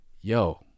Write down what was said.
yo